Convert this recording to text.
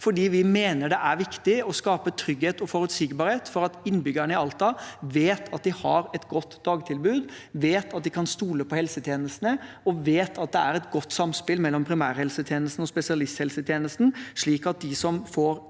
fordi vi mener det er viktig å skape trygghet og forutsigbarhet for at innbyggerne i Alta vet at de har et godt dagtilbud, vet at de kan stole på helsetjenestene, og vet at det er et godt samspill mellom primærhelsetjenesten og spesialisthelsetjenesten, slik at de som trenger